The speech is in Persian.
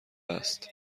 است